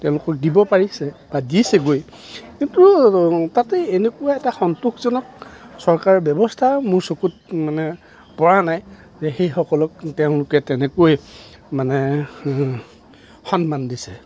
তেওঁলোকক দিব পাৰিছে বা দিছেগৈ কিন্তু তাতে এনেকুৱা এটা সন্তোষজনক চৰকাৰ ব্যৱস্থা মোৰ চকুত মানে পৰা নাই যে সেইসকলক তেওঁলোকে তেনেকৈ মানে সন্মান দিছে